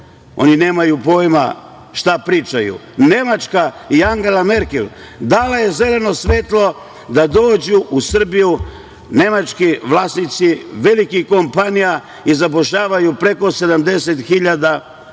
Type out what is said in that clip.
oni nemaju pojma šta pričaju. Nemačka i Angela Merkel dala je zeleno svetlo da dođu u Srbiju nemački vlasnici velikih kompanija i zapošljavaju preko 70.000 radnika,